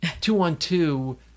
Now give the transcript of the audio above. two-on-two